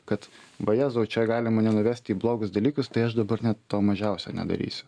kad va jezau čia gali mane nuvesti į blogus dalykus tai aš dabar net to mažiausia nedarysiu